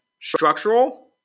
structural